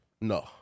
no